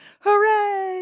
Hooray